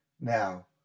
Now